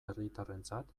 herritarrentzat